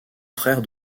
frère